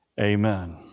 Amen